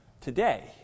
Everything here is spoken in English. today